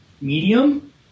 medium